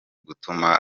gutuma